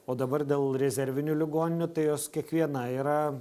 o dabar dėl rezervinių ligoninių tai jos kiekviena yra